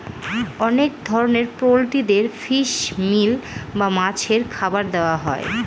অনেক ধরনের পোল্ট্রিদের ফিশ মিল বা মাছের খাবার দেওয়া হয়